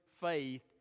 faith